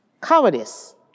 cowardice